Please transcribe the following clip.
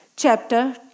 Chapter